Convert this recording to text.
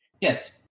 yes